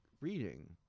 reading